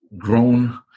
grown